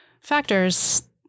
factors